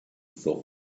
thought